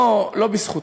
לא בזכותי,